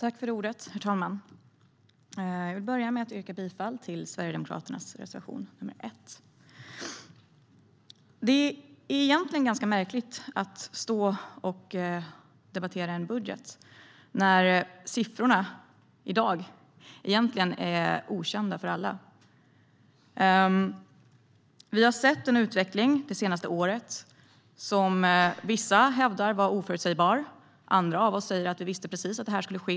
Herr talman! Jag yrkar bifall till Sverigedemokraternas reservation. Det känns märkligt att debattera en budget när siffrorna är okända för alla. Vi har sett en utveckling det senaste året som vissa hävdar var oförutsägbar men som andra av oss säger att vi visste precis att den skulle ske.